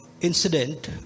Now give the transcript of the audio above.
incident